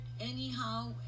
anyhow